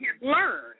learn